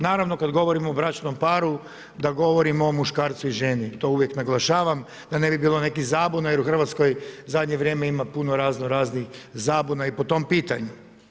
Naravno kada govorimo o bračnom paru da govorimo o muškarcu i ženi, to uvijek naglašavam da ne bi bilo nekih zabuna jer u Hrvatskoj u zadnje vrijeme ima puno raznoraznih zabuna i po tom pitanju.